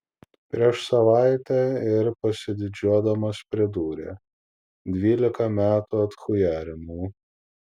prieš savaitę ir pasididžiuodamas pridūrė dvylika metų atchujarinau